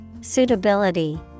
suitability